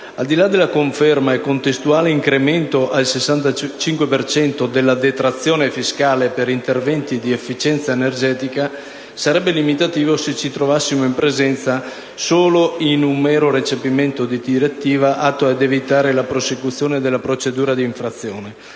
Al di là della conferma, e contestuale incremento al 65 per cento, della detrazione fiscale per interventi di efficienza energetica, sarebbe limitativo se ci trovassimo in presenza solo di un mero recepimento di direttiva atto ad evitare la prosecuzione della procedura di infrazione;